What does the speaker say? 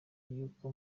y’uko